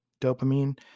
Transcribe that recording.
dopamine